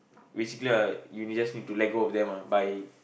basically uh you just need to let go of them ah by